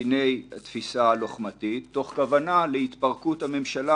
אני זוכר את אותם דיונים שהיו על חוק ההסדרה,